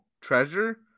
Treasure